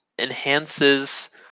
enhances